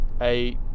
eight